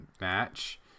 match